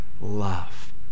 love